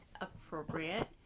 appropriate